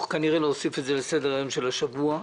וכנראה להוסיף את זה לסדר היום של השבוע.